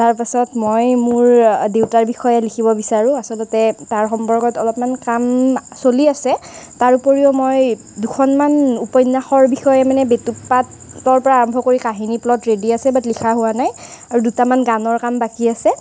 তাৰ পাছত মই মোৰ দেউতাৰ বিষয়ে লিখিব বিচাৰোঁ আচলতে তাৰ সম্পৰ্কত অলপমান কাম চলি আছে তাৰ উপৰিও মই দুখনমান উপন্যাসৰ বিষয়ে মানে বেটুপাতৰ পৰা আৰম্ভ কৰি কাহিনী প্লট ৰেডি আছে বাত লিখা হোৱা নাই আৰু দুটামান গানৰ কাম বাকী আছে